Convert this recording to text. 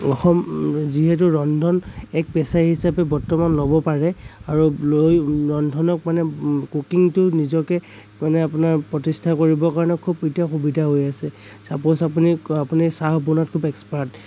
অসম যিহেতু ৰন্ধন এক পেচা হিচাপে বৰ্তমান ল'ব পাৰে আৰু লৈ ৰন্ধনক মানে কুকিংটো নিজকে মানে আপোনাৰ প্ৰতিষ্ঠা কৰিবৰ কাৰণে খুব এতিয়া সুবিধা হৈ আছে চাপোজ আপুনি আপুনি চাহ বনোৱাত খুব এক্সপাৰ্ট